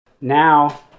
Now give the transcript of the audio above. Now